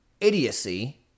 idiocy